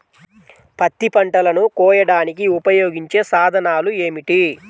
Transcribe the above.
పత్తి పంటలను కోయడానికి ఉపయోగించే సాధనాలు ఏమిటీ?